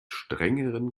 strengeren